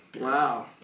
wow